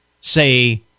say